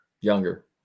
Younger